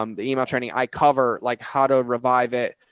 um the email training i cover, like how to revive it.